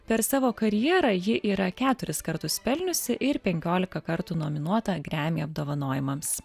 per savo karjerą ji yra keturis kartus pelniusi ir penkiolika kartų nominuota gremy apdovanojimams